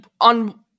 on